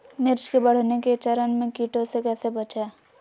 मिर्च के बढ़ने के चरण में कीटों से कैसे बचये?